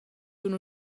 sun